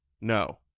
no